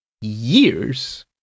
years